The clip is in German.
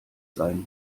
sein